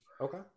Okay